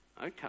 Okay